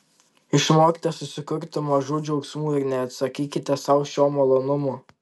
išmokite susikurti mažų džiaugsmų ir neatsakykite sau šio malonumo